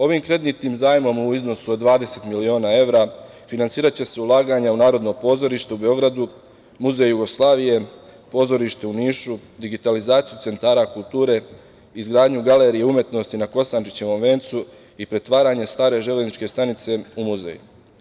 Ovim kreditnim zajmom u iznosu od 20 miliona evra finansiraće se ulaganja u Narodno pozorište u Beogradu, Muzej Jugoslavije, Pozorište u Nišu, digitalizaciju centara kulture, izgradnju Galerije umetnosti na Kosančićevom vencu i pretvaranje stare železničke stanice u muzej.